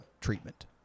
treatment